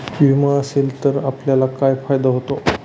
विमा असेल तर आपल्याला काय फायदा होतो?